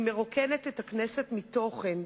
היא מרוקנת את הכנסת מתוכן.